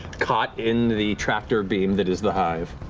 caught in the tractor beam that is the hive.